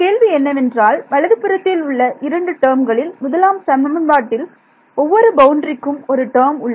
கேள்வி என்னவென்றால் வலது புறத்தில் உள்ள இரண்டு டேர்ம்களில் முதலாம் சமன்பாட்டில் ஒவ்வொரு பவுண்டரிக்கு ஒரு டேர்ம் உள்ளது